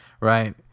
right